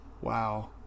wow